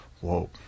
Whoa